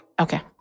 Okay